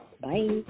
Bye